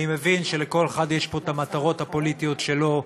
אני מבין שלכל אחד יש פה את המטרות הפוליטיות שלו,